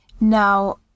Now